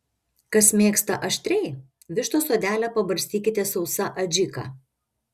kas mėgsta aštriai vištos odelę pabarstykite sausa adžika